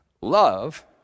Love